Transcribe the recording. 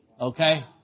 Okay